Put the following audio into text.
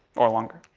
or longer.